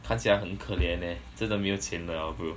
看起来很可怜 leh 真的没有钱了 ah bro